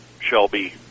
shelby